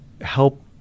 help